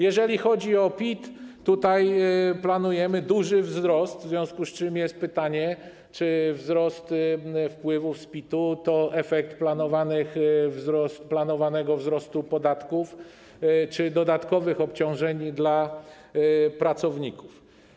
Jeżeli chodzi o PIT, planujemy duży wzrost, w związku z czym jest pytanie: Czy wzrost wpływów z PIT-u to efekt planowanego wzrostu podatków czy dodatkowych obciążeń dla pracowników?